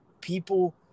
people